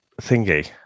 Thingy